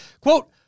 quote